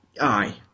Aye